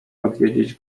odwiedzić